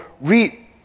read